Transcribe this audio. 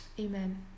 Amen